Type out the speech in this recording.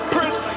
Prince